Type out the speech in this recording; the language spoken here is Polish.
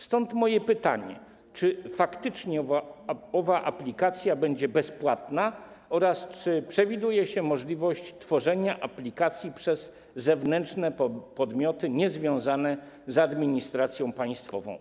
Stąd moje pytanie: Czy faktycznie owa aplikacja będzie bezpłatna oraz czy przewiduje się możliwość tworzenia aplikacji przez zewnętrzne podmioty niezwiązane z administracją państwową?